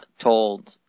told